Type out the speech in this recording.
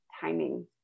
timing